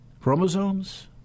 chromosomes